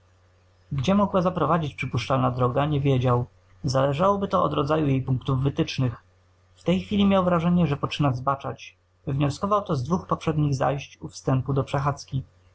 gdzie mogła zaprowadzić przypuszczalna droga nie wiedział zależałoby to od rodzaju jej punktów wytycznych w tej chwili miał wrażenie że poczyna zbaczać wywnioskował to z dwóch poprzednich zajść u wstępu do przechadzki